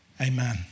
Amen